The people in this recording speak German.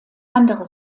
andere